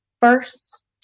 first